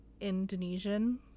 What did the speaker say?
Indonesian